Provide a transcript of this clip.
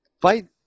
fight